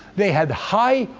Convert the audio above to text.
they had high,